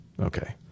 Okay